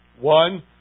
One